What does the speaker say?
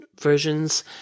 versions